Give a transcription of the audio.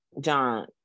John